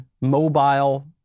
mobile